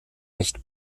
recht